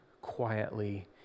quietly